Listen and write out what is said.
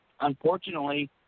unfortunately